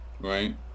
Right